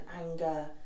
anger